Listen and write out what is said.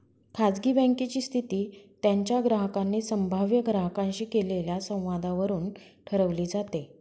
खाजगी बँकेची स्थिती त्यांच्या ग्राहकांनी संभाव्य ग्राहकांशी केलेल्या संवादावरून ठरवली जाते